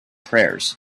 prayers